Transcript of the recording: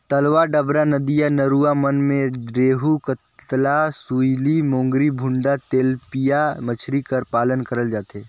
तलवा डबरा, नदिया नरूवा मन में रेहू, कतला, सूइली, मोंगरी, भुंडा, तेलपिया मछरी कर पालन करल जाथे